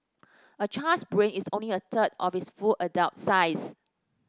a child's brain is only a third of its full adult size